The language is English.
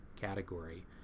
category